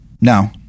No